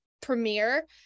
premiere